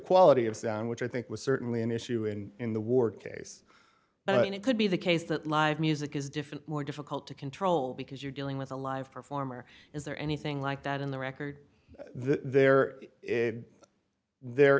quality of sound which i think was certainly an issue in in the ward case and it could be the case that live music is different more difficult to control because you're dealing with a live performer is there anything like that in the record there is there